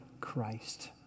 Christ